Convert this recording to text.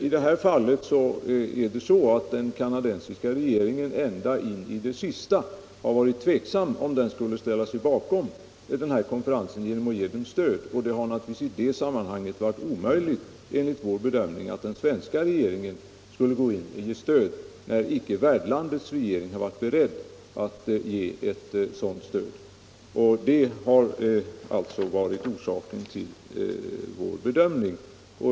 I det här fallet är det så att den kanadensiska regeringen ända in i det sista har varit tveksam om den skulle ställa sig bakom konferensen genom att ge den stöd. Det har naturligtvis i det sammanhanget varit omöjligt enligt vår bedömning för den svenska regeringen att gå in med ett stöd när icke värdlandets regering har varit beredd att ge ett sådant stöd. Det har alltså varit orsaken till vår bedömning.